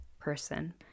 person